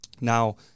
Now